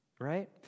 Right